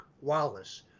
Wallace